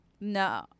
No